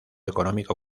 económico